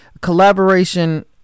collaboration